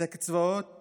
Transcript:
את הקצבאות